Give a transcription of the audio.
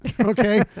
okay